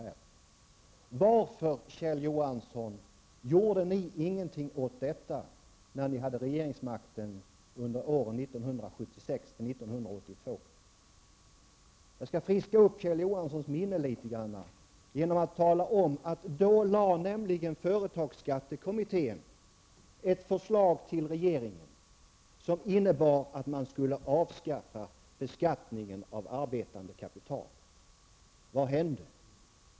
Varför, Kjell Johansson, gjorde ni ingenting åt detta när ni hade regeringsmakten under åren 1976--1982? Jag skall friska upp Kjell Johanssons minne litet genom att tala om att företagsskattekommittén då lade fram ett förslag för regeringen som innebar att man skulle avskaffa beskattningen på arbetande kapital. Vad hände?